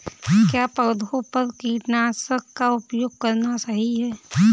क्या पौधों पर कीटनाशक का उपयोग करना सही है?